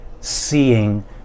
seeing